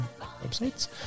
websites